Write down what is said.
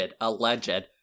alleged